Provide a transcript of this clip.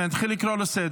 אבל אני אתחיל לקרוא לסדר.